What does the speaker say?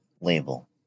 label